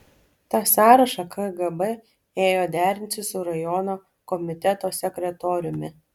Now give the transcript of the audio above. tą sąrašą kgb ėjo derinti su rajono komiteto sekretoriumi